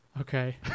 Okay